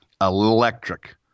Electric